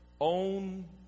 own